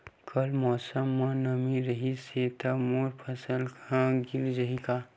कल मौसम म नमी रहिस हे त मोर फसल ह गिर जाही का?